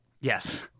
Yes